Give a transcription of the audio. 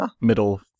middle